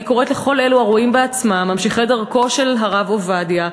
אני קוראת לכל אלו הרואים בעצמם ממשיכי דרכו של הרב עובדיה,